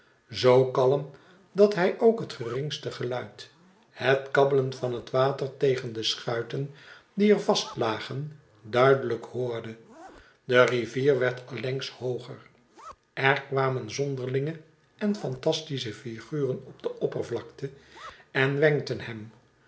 zoo kalm dat hij ook het geringste geluid net kabbelen van het water tegen de schuiten die er vast lagen duidelijk hoorde de rivier werd allengs hooger er kwamen zonderlinge en fantastische figuren op de oppervlakte en wenkten hem